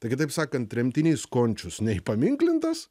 tai kitaip sakant tremtinys končius neįpaminklintas